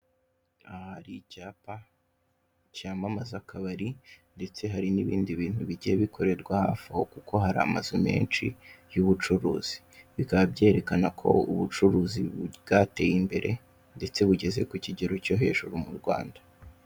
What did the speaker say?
Aha hari icyapa cyamamaza akabari ndetse hari n'ibindi bintu bigiye bikorerwa hafi aho kuko hari amazu menshi y'ubucuruzi, ibi bikaba byerekana ko ubucuruzi bwateye imbere ndetse bugeze kukigero cyo hejuru mu Rwanda.